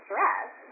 Stress